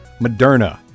Moderna